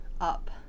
up